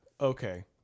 Okay